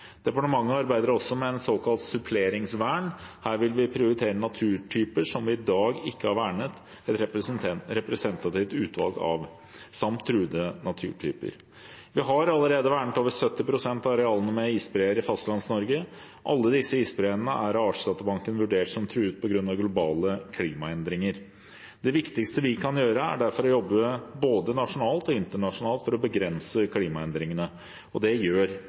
Departementet arbeider også med et såkalt suppleringsvern. Her vil vi prioritere naturtyper som vi i dag ikke har vernet et representativt utvalg av, samt truede naturtyper. Vi har allerede vernet over 70 pst. av arealene med isbreer i Fastlands-Norge. Alle disse isbreene er av Artsdatabanken vurdert som truet på grunn av globale klimaendringer. Det viktigste vi kan gjøre, er derfor å jobbe både nasjonalt og internasjonalt for å begrense klimaendringene. Det gjør